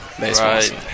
Right